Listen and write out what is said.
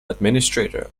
administrator